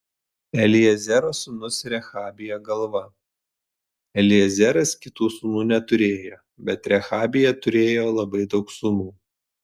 eliezero sūnus rehabija galva eliezeras kitų sūnų neturėjo bet rehabija turėjo labai daug sūnų